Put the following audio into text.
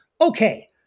Okay